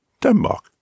Denmark